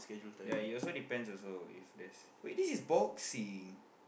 yeah it also depends also if there's wait this is boxing